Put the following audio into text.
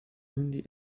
windy